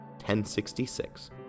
1066